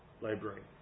Library